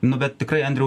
nu bet tikrai andriau